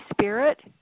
spirit